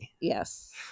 Yes